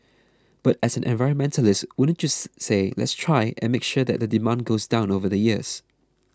but as an environmentalist wouldn't you say let's try and make sure that the demand goes down over the years